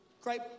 great